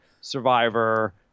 Survivor